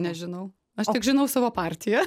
nežinau aš tik žinau savo partiją